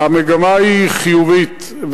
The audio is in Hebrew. המגמה היא חיובית,